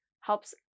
helps